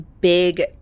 big